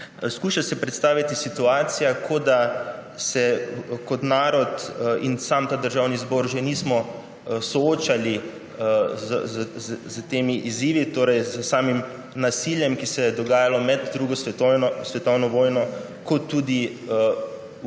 Skuša se predstaviti situacijo, kot da se kot narod in Državni zbor še nismo soočali s temi izzivi, torej s samim nasiljem, ki se je dogajalo med drugo svetovno vojno, ter tudi z